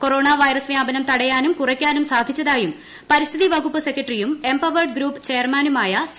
corona virus വ്യാപനം തടയാനും കുറയ്ക്കാനും സാധിച്ചതായും പരിസ്ഥിതി വകുപ്പ് സെക്രട്ടറിയും എംപവേർഡ് ഗ്രൂപ്പ് ചെയർമാനുമായ സി